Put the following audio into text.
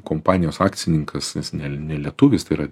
kompanijos akcininkas ne ne lietuvis tai yra